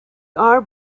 are